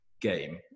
game